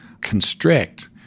constrict